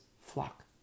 flock